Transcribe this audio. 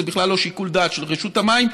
זה בכלל לא שיקול דעת של רשות המים,